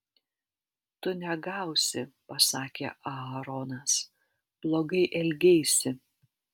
tu negausi pasakė aaronas blogai elgeisi